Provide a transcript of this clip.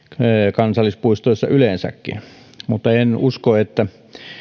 kansallispuistoissa yleensäkin mutta en usko että